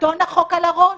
לשלטון החוק על הראש,